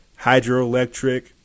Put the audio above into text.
hydroelectric